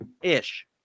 ish